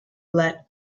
let